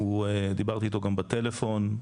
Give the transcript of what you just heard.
דיברתי איתו גם בטלפון.